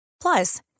Plus